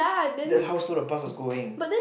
that's how slow the bus was going